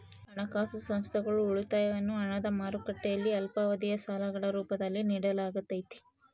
ಹಣಕಾಸು ಸಂಸ್ಥೆಗಳು ಉಳಿತಾಯವನ್ನು ಹಣದ ಮಾರುಕಟ್ಟೆಯಲ್ಲಿ ಅಲ್ಪಾವಧಿಯ ಸಾಲಗಳ ರೂಪದಲ್ಲಿ ನಿಡಲಾಗತೈತಿ